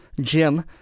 Jim